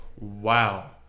Wow